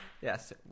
yes